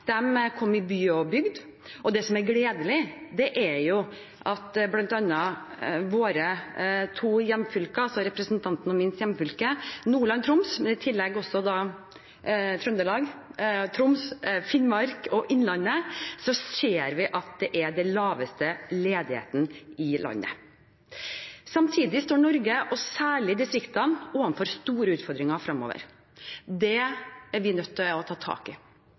kom i by og bygd, og det som er gledelig, er at bl.a. i de respektive hjemfylkene til representanten og meg, Nordland og Trøndelag – men i tillegg i Troms, Finnmark og Innlandet – ser vi den laveste ledigheten i landet. Samtidig står Norge, og særlig distriktene, overfor store utfordringer fremover. Det er vi nødt til å ta tak i.